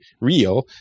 real